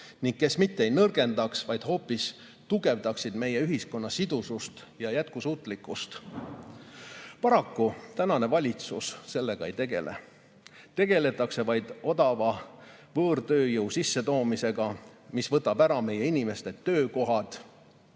ning kes mitte ei nõrgendaks, vaid hoopis tugevdaks meie ühiskonna sidusust ja jätkusuutlikkust. Paraku tänane valitsus sellega ei tegele. Tegeletakse vaid odava võõrtööjõu sissetoomisega, mis võtab ära meie inimeste töökohad